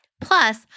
Plus